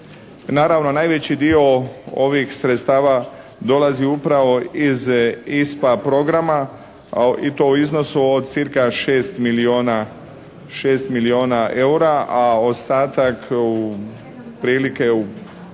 Naravno, najveći dio ovih sredstava dolazi upravo iz ISPA programa i to u iznosu od cca 6 milijuna eura, a ostatak otprilike u